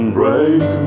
break